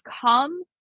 come